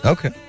Okay